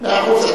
מאה אחוז.